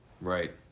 Right